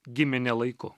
gimė ne laiku